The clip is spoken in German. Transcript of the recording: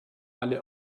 alle